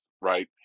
right